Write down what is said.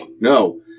No